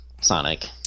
Sonic